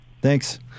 Thanks